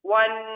one